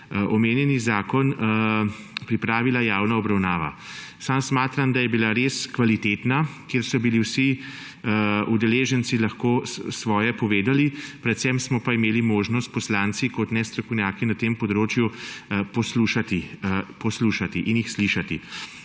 omenjeni zakon pripravila javna obravnava. Sam smatram, da je bila res kvalitetna in so vsi udeleženci lahko svoje povedali. Predvsem smo pa imeli možnost poslanci kot nestrokovnjaki na tem področju poslušati in jih slišati.